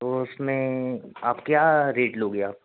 तो उसमें आप क्या रेट लोगे आप